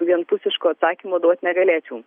vienpusiško atsakymo duot negalėčiau